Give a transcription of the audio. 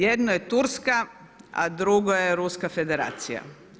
Jedno je Turska, a drugo je Ruska Federacija.